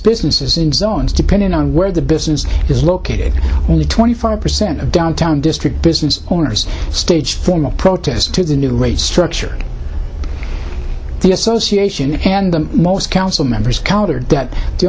zones depending on where the business is located only twenty five percent of downtown district business owners staged formal protest to the new rate structure the association and the most council members countered th